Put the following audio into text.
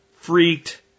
freaked